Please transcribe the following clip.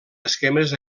esquemes